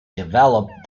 developed